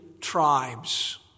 tribes